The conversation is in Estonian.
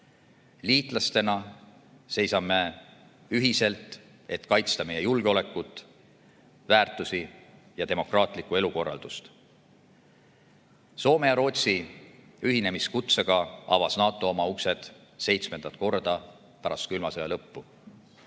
Liitlastena seisame ühiselt, et kaitsta meie julgeolekut, väärtusi ja demokraatlikku elukorraldust. Soome ja Rootsi ühinemiskutsega avas NATO oma uksed seitsmendat korda pärast külma sõja lõppu.